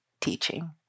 teaching